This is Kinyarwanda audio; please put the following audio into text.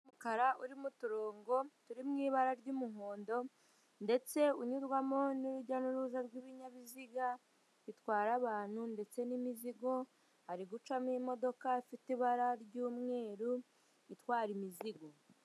Umukara urimo uturongo turi mu ibara ry'umuhondo ndetse unyurwamo n'urujya n'uruza rw'ibinyabiziga bitwara abantu ndetse n'imizigo hari gucamo imodoka ifite ibara ry'umweru itwara imizigo.